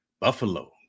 buffalo